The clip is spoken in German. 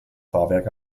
fahrwerk